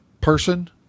person